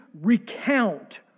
recount